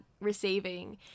receiving